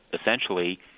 essentially